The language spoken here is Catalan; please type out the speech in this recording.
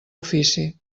ofici